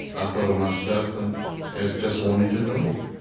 i thought of myself and as just wanting to know.